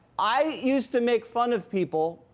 i used to make fun of people,